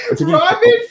Robin